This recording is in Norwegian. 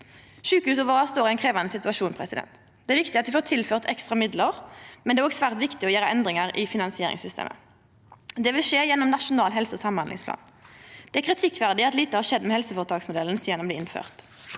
Sjukehusa våre står i ein krevjande situasjon. Det er viktig at dei får tilført ekstra midlar, men det er òg svært viktig å gjera endringar i finansieringssystemet. Det vil skje gjennom Nasjonal helse- og samhandlingsplan. Det er kritikkverdig at lite har skjedd med helseføretaksmodellen sidan han blei innført.